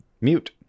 Mute